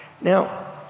Now